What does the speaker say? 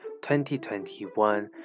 2021